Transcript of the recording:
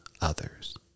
others